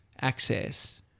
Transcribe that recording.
access